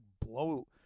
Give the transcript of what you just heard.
blow